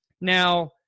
now